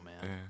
man